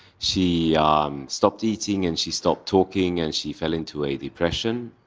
she stopped eating and she stopped talking, and she fell into a depression.